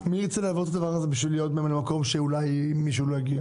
מי ירצה לעבור את הדבר הזה בשביל להיות ממלא מקום כשאולי מישהו לא יגיע?